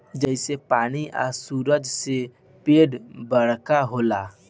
जइसे पानी आ सूरज से पेड़ बरका होला